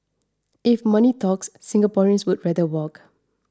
if money talks Singaporeans would rather walk